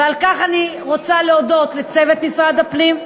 ועל כך אני רוצה להודות לצוות משרד הפנים,